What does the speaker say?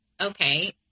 okay